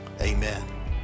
Amen